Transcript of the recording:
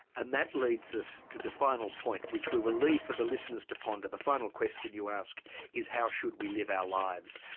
and that leads us to the final point, which we will leave for the listeners to ponder. the final question you ask is how should we live our lives?